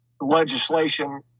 legislation